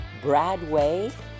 Bradway